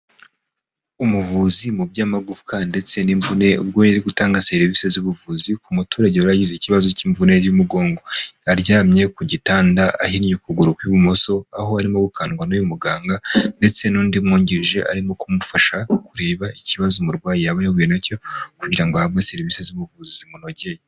Umuvuzi mu by'amagufwa ndetse n'imvune , ubwo yari ari gutanga serivisi z'ubuvuzi ku muturage wari wagize ikibazo cy'imvune y'umugongo . Aryamye ku gitanda ahinnye ukuguru ku ibumoso . aho arimo gukandwa n'uyu muganga ndetse n'undi umwungirije arimo kumufasha kureba ikibazo umurwayi yaba yahuye na cyo, kugira ngo ahabwe serivisi z'ubuvuzi zimunogeye .